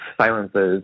silences